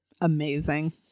amazing